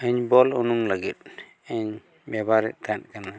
ᱤᱧ ᱵᱚᱞ ᱩᱰᱩᱜ ᱞᱟᱹᱜᱤᱫ ᱤᱧ ᱵᱮᱵᱚᱦᱟᱨᱮᱫ ᱛᱟᱦᱮᱸ ᱠᱟᱱᱟ